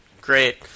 Great